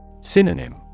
Synonym